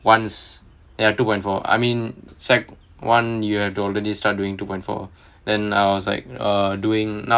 once ya two point four I mean secondary one you have to already start doing two point four then I was like err doing now